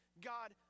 God